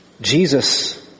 Jesus